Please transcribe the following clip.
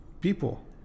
people